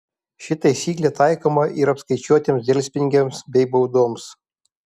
ši taisyklė taikoma ir apskaičiuotiems delspinigiams bei baudoms